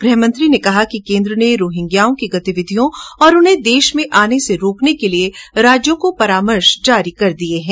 गृहमंत्री ने कहा कि केन्द्र ने रोहिंज्याओं की गतिविधियों और उन्हें देश में आने से रोकने के लिए राज्यों को परामर्श जारी कर दिए हैं